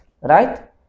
right